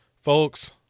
folks